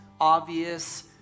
obvious